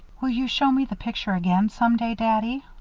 will you show me the picture again, some day, daddy?